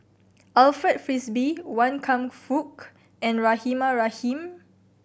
Alfred Frisby Wan Kam Fook and Rahimah Rahim